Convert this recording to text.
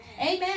Amen